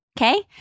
Okay